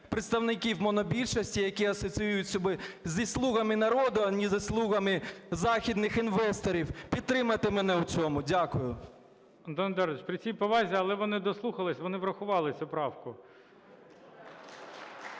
представників монобільшості, які асоціюють себе зі "слугами народу", а не зі слугами західних інвесторів, підтримати мене в цьому. Дякую. ГОЛОВУЮЧИЙ. Антоне Едуардовичу, при всій повазі, але вони дослухались, вони врахували цю правку.